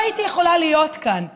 לא הייתי יכולה להיות כאן,